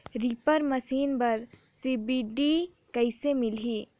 Reaper machine बर subsidy कइसे मिलही?